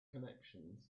connections